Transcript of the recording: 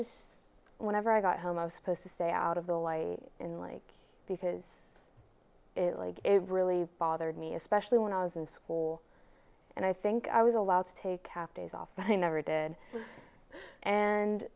just whenever i got home i was supposed to stay out of the light in like because it really bothered me especially when i was in school and i think i was allowed to take captives off but i never did and